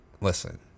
listen